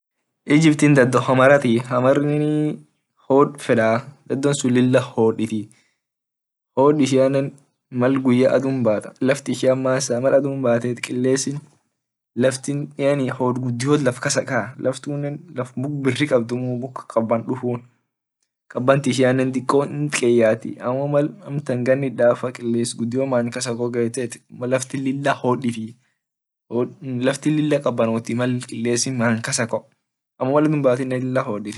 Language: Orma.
Egypty dado hamaratii hamar hod fedaa dado sun lila hoditi hod ishiane mal guya adun bat laft ishiane masaa hod gudio laf kasa kaa laf tunne laf muk gudio kabdumuu kaban dufun kaban ishiane hidikiyataa kiles ishianne many kasa kaa.